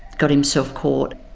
got himself caught.